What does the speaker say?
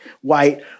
white